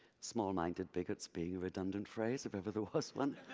small minded bigots being a redundant phrase, if ever there was one.